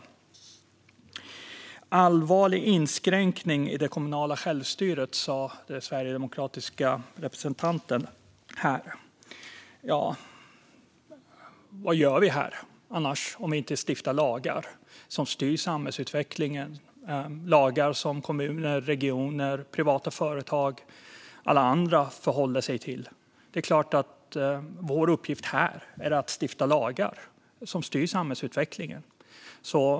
Lagen är en allvarlig inskränkning i det kommunala självstyret, sa den sverigedemokratiska representanten. Vad gör vi här om vi inte stiftar lagar som styr samhällsutvecklingen, lagar som kommuner, regioner, privata företag och alla andra förhåller sig till? Det är klart att vår uppgift här är att stifta lagar som styr samhällsutvecklingen.